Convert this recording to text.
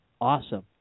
awesome